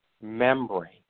membrane